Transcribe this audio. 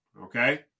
Okay